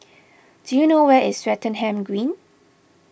do you know where is Swettenham Green